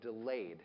delayed